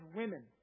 women